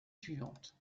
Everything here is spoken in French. suivante